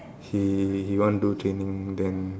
he he want do training then